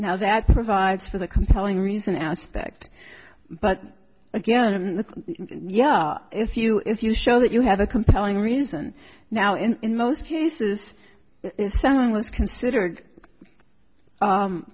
now that provides for the compelling reason aspect but again and yeah if you if you show that you have a compelling reason now in most cases someone was considered